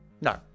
No